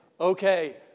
okay